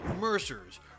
Mercers